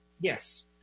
Yes